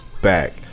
back